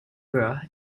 burgh